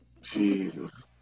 Jesus